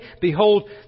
Behold